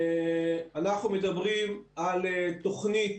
אנחנו מדברים על תוכנית